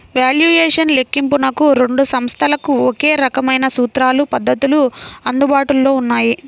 valuation లెక్కింపునకు రెండు సంస్థలకు ఒకే రకమైన సూత్రాలు, పద్ధతులు అందుబాటులో ఉన్నాయి